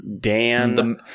Dan